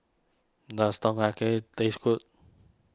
does Tom Kha Gai taste good